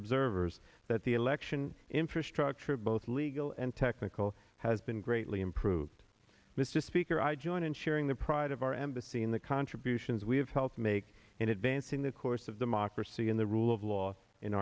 observers that the election infrastructure both legal and technical has been greatly improved mr speaker i join in sharing the pride of our embassy in the contributions we have helped make in advancing the course of democracy in the rule of law in